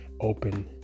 open